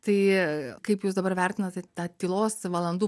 tai kaip jūs dabar vertinate tą tylos valandų